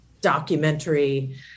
documentary